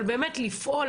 אבל באמת לפעול,